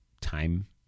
time